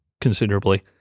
considerably